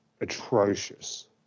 atrocious